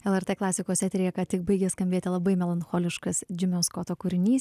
lrt klasikos eteryje ką tik baigė skambėti labai melancholiškas džimio skoto kūrinys